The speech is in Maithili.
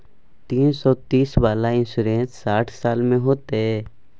तीन सौ तीस वाला इन्सुरेंस साठ साल में होतै?